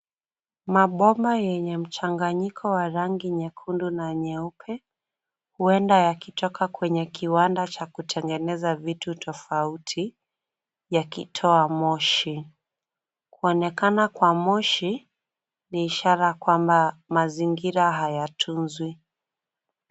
Mabomba yenye mchanganyiko wa rangi nyekundu na nyeupe huenda yakitoka kwenye kiwanda cha kutengeneza vitu tofauti yakitoa moshi. Kuonekana kwa moshi ni ishara kwamba mazingira hayatunzwi.